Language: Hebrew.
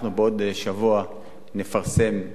אנחנו בעוד שבוע נפרסם,